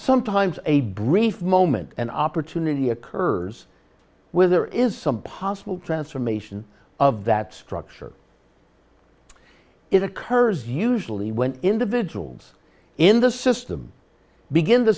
sometimes a brief moment an opportunity occurs where there is some possible transformation of that structure it occurs usually when individuals in the system begin to